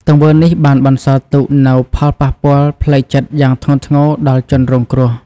ទង្វើនេះបានបន្សល់ទុកនូវផលប៉ះពាល់ផ្លូវចិត្តយ៉ាងធ្ងន់ធ្ងរដល់ជនរងគ្រោះ។